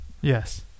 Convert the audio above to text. Yes